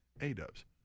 A-dubs